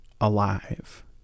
alive